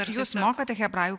ar jūs mokate hebrajų